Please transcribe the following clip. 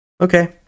okay